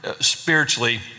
spiritually